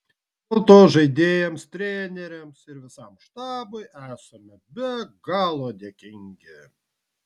dėl to žaidėjams treneriams ir visam štabui esame be galo dėkingi